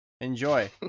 Enjoy